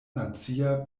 nacia